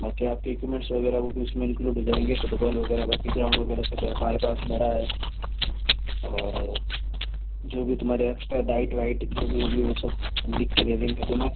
बाकि आपके इक्विपमेन्ट्स वगैरह वो भी उसमे इन्क्लुड हो जाएंगे फुटबॉल वगैरह बाकि ग्राउण्ड वगैरह सब है हमारे पास बड़ा है और जो भी तुम्हारे एक्सट्रा डाइट वाइट जो भी है वो सब लिख के दे देंगे तुम्हें